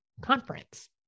conference